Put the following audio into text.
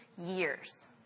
years